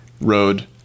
road